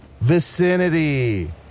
vicinity